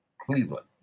Cleveland